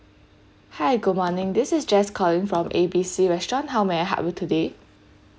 hi good morning this is jess calling from A B C restaurant how may I help you today